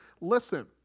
listen